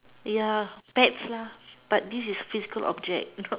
ya pets lah but this is physical object